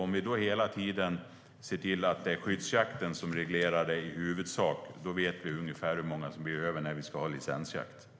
Om vi ser till att det i huvudsak är skyddsjakten som reglerar det vet vi ungefär hur många som blir över när vi ska ha licensjakt.